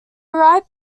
arrived